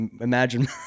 imagine